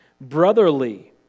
brotherly